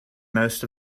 most